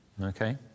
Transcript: okay